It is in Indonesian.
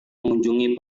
mengunjungi